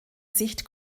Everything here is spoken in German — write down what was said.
sicht